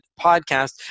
podcast